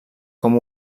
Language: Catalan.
com